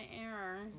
error